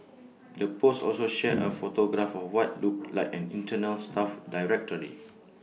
the post also shared A photograph of what looked like an internal staff directory